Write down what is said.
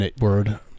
word